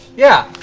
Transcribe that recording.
yeah,